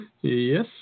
Yes